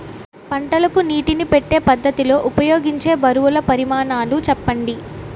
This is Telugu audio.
పంటలకు నీటినీ పెట్టే పద్ధతి లో ఉపయోగించే బరువుల పరిమాణాలు చెప్పండి?